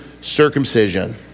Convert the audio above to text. circumcision